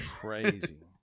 Crazy